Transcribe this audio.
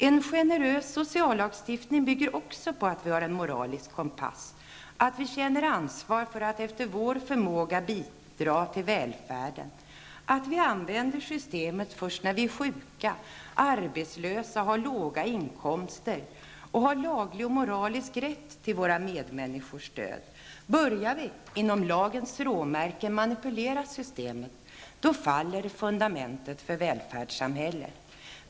En generös sociallagstiftning bygger också på att vi har en moralisk kompass, att vi känner ansvar för att efter vår förmåga bidra till välfärden och använder systemet först när vi är sjuka, arbetslösa, har låga inkomster och har moralisk rätt till våra medmänniskors stöd. Börjar vi -- inom lagens råmärken -- manipulera systemet faller fundamentet för välfärdssamhället.